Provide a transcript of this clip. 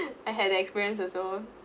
I had the experience also